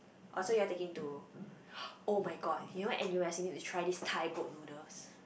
oh so you all taking to [oh]-my-god you know N_U_S you need to try this Thai boat noodles